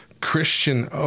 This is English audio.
Christian